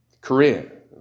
Career